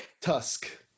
Tusk